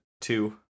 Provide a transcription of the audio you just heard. two